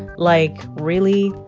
like, really?